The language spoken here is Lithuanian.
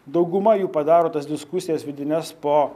dauguma jų padaro tas diskusijas vidines po